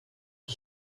een